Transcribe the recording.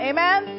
Amen